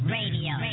Radio